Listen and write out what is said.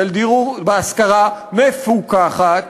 על דיור בהשכרה מפוקחת